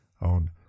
on